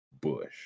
bush